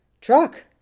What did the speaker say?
truck